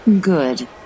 Good